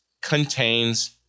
contains